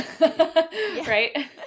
right